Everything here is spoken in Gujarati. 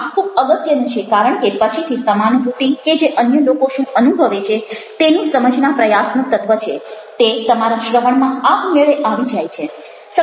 આ ખૂબ અગત્યનું છે કારણ કે પછીથી સમાનુભૂતિ કે જે અન્ય લોકો શું અનુભવે છે તેની સમજના પ્રયાસનું તત્ત્વ છે તે તમારા શ્રવણમાં આપમેળે આવી જાય છે